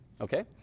okay